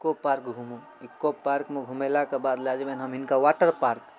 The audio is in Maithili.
इको पार्क इको पार्कमे घुमेलाके बाद लऽ जेबनि हम हिनका वाटर पार्क